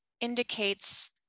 indicates